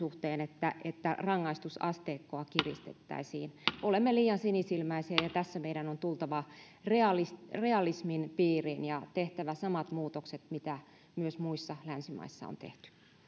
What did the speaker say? suhteen että että rangaistusasteikkoa kiristettäisiin olemme liian sinisilmäisiä ja tässä meidän on tultava realismin realismin piiriin ja tehtävä samat muutokset mitä muissa länsimaissa on tehty